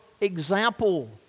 example